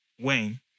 wayne